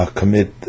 commit